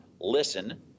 listen